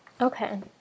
Okay